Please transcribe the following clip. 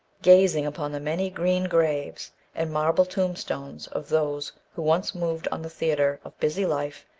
gazing upon the many green graves and marble tombstones of those who once moved on the theatre of busy life,